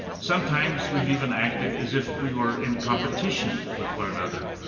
sometimes we've even acted as if we were in competition with one another.